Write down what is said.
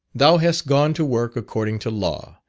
thou hast gone to work according to law,